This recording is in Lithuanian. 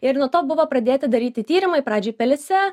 ir nuo to buvo pradėti daryti tyrimai pradžioj pelėse